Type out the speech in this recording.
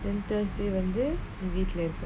then thursday வந்து நீ வீட்ல இருப்ப:vanthu nee veetla irupa